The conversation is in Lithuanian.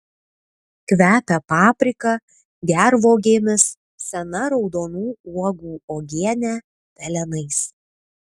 kvepia paprika gervuogėmis sena raudonų uogų uogiene pelenais